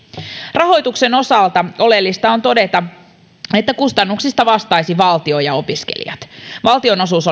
rahoituksen osalta oleellista on todeta että kustannuksista vastaisivat valtio ja opiskelijat valtion osuus